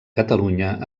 catalunya